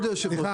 זה לא נכון.